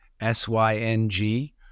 S-Y-N-G